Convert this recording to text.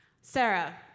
Sarah